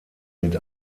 mit